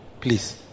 Please